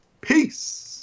Peace